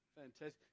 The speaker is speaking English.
Fantastic